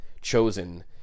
chosen